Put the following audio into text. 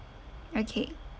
okay